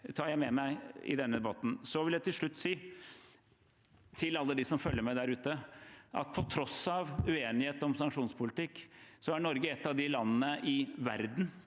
jeg med meg i denne debatten. Til slutt vil jeg si til alle dem som følger med der ute: På tross av uenighet om sanksjonspolitikk er Norge et av de landene i verden,